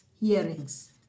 hearings